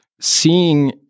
seeing